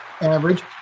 average